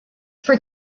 for